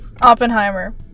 Oppenheimer